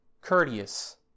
courteous